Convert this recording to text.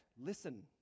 listen